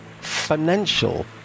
financial